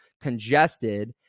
congested